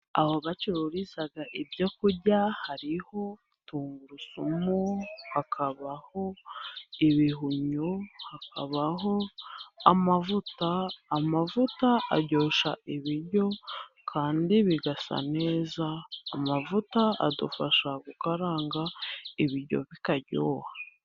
Aho bacururiga ibyo kurya. Hariho tungurusumu, hakabaho ibihumyo, hakabaho amavuta. Amavuta aryoshya ibiryo kandi bigasa neza. Amavuta adufasha gukaranga ibiryo bikaryoha.